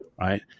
right